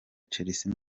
chelsea